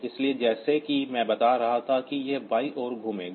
इसलिए जैसा कि मैं बता रहा था कि यह बाईं ओर घूमेगा